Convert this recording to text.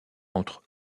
entre